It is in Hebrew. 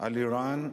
על אירן.